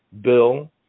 Bill